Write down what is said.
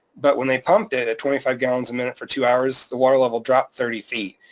but when they pumped it at twenty five gallons a minute for two hours, the water level dropped thirty feet.